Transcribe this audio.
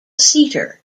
seater